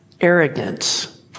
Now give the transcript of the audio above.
arrogance